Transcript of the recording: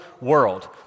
world